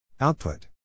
Output